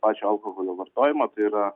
pačio alkoholio vartojimo tai yra